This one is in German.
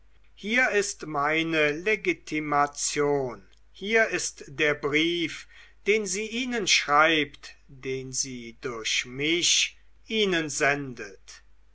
hier ist meine legitimation hier ist der brief den sie ihnen schreibt den sie durch mich ihnen sendet